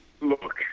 look